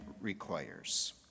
requires